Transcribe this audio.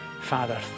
Father